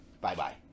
Bye-bye